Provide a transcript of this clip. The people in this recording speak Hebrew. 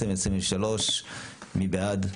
מי בעד?